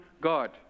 God